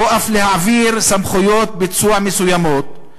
או אף להעביר סמכויות ביצוע מסוימות,